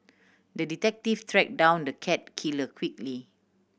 the detective track down the cat killer quickly